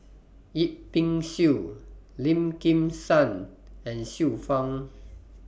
Yip Pin Xiu Lim Kim San and Xiu Fang